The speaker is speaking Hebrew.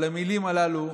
אבל המילים הללו,